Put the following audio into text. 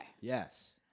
Yes